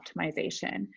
optimization